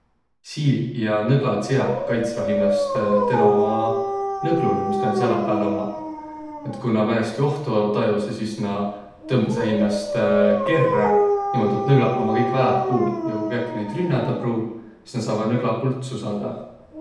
Siiliq ja nõglatsiaq kaitsvaq hinnäst teno uma nõglulõ, miä näil sälä pääl ommaq. Et ku nä määnestki ohto tajusõq, sis nä tõmbasõq hinnäst kerrä, niimuudu, et nõglaq ommaq kõik välähpuul, ja ku kiäki näid rünnädäq pruuv, sis nä saavaq nõgla puult tsusadaq.